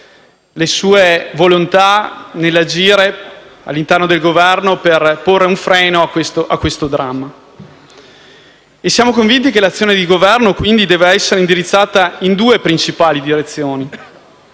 le sue volontà nell'agire all'interno del Governo per porre un freno a questo dramma. Siamo convinti che l'azione di Governo debba quindi essere indirizzata su due principali rotte,